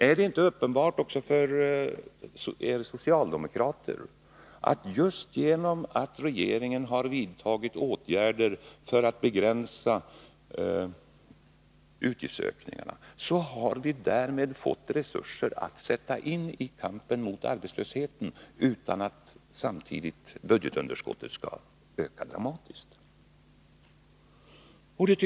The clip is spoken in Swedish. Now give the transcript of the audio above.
Är det inte uppenbart också för er socialdemokrater att vi just genom att regeringen har vidtagit åtgärder för att begränsa utgiftsökningarna har fått resurser att sätta in i kampen mot arbetslösheten, utan att samtidigt budgetunderskottet skall öka dramatiskt?